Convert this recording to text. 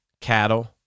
cattle